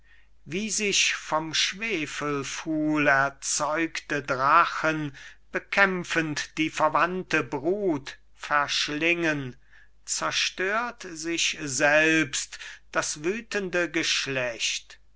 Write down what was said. wie sich vom schwefelpfuhl erzeugte drachen bekämpfend die verwandte brut verschlingen zerstört sich selbst das wüthende geschlect